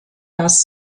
das